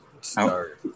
start